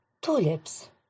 Tulips